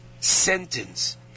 sentence